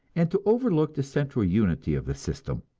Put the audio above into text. and to overlook the central unity of the system.